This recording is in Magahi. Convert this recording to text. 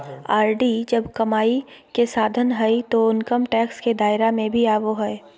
आर.डी जब कमाई के साधन हइ तो इनकम टैक्स के दायरा में भी आवो हइ